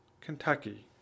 Kentucky